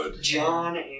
John